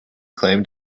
claimed